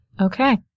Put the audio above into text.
okay